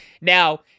Now